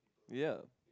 ya